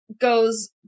goes